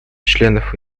членов